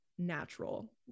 natural